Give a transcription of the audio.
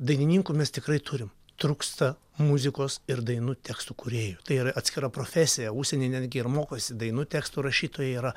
dainininkų mes tikrai turim trūksta muzikos ir dainų tekstų kūrėjų tai yra atskira profesija užsieny netgi ir mokosi dainų tekstų rašytojai yra